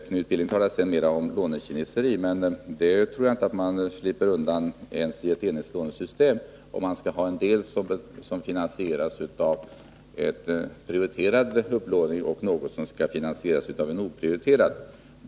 Knut Billing talar sedan mera om lånekineseri, men det tror jag inte att man slipper undan ens i ett enhetslånesystem, om man skall ha en del som finansieras av prioriterad upplåning och en annan som skall finansieras av en oprioriterad upplåning.